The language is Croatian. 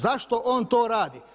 Zašto on to radi?